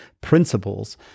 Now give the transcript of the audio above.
principles